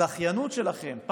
הדחיינות שלכם,